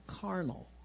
carnal